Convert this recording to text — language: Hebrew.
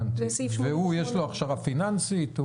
יש לו הכשרה פיננסית?